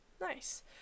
nice